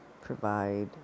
provide